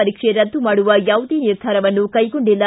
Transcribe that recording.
ಪರೀಕ್ಷೆ ರದ್ದು ಮಾಡುವ ಯಾವುದೇ ನಿರ್ಧಾರವನ್ನು ಕೈಗೊಂಡಿಲ್ಲ